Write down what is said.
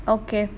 okay